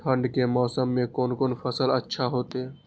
ठंड के मौसम में कोन कोन फसल अच्छा होते?